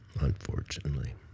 unfortunately